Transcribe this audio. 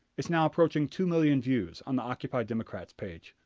it's now approaching two million views on the occupy democrats page.